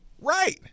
Right